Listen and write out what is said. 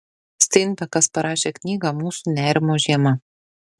steinbekas parašė knygą mūsų nerimo žiema